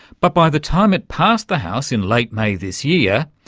but by the time it passed the house in late may this year,